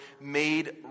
made